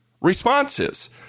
responses